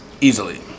easily